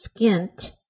skint